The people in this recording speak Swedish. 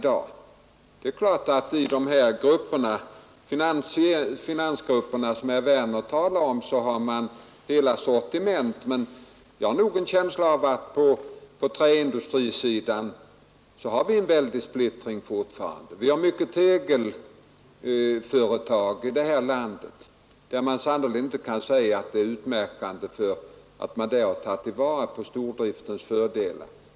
Det är visserligen sant att det finns sådana grupper som herr Werner talar om, vilka har fullständiga sortiment, men jag har nog ändå en känsla av att det på träindustriområdet fortfarande förekommer en stark splittring. Det finns många tegelföretag i vårt land, för vilka sannerligen inte det utmärkande är att man tagit till vara stordriftens fördelar.